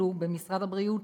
אלו במשרד הבריאות,